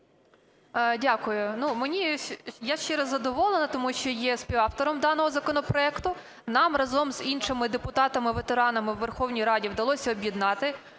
Дякую. Я щиро задоволена, тому що є співавтором даного законопроекту. Нам разом з іншими депутатами-ветеранами у Верховній Раді вдалося об'єднати